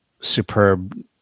superb